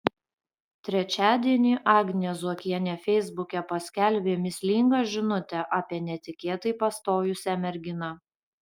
trečiadienį agnė zuokienė feisbuke paskelbė mįslingą žinutę apie netikėtai pastojusią merginą